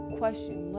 question